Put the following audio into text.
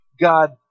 God